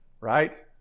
right